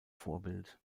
vorbild